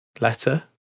letter